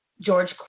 George